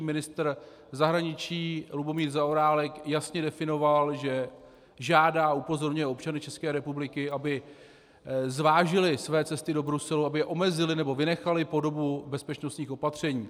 Ministr zahraničí Lubomír Zaorálek jasně definoval, že žádá a upozorňuje občany České republiky, aby zvážili své cesty do Bruselu, aby je omezili nebo vynechali po dobu bezpečnostních opatření.